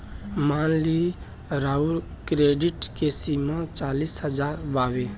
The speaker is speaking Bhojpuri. मान ली राउर क्रेडीट के सीमा चालीस हज़ार बावे